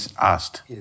asked